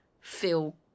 feel